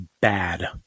bad